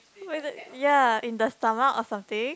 ya in the stomach or something